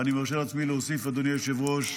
ואני מרשה לעצמי להוסיף, אדוני היושב-ראש,